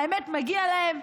האמת, מגיע להם.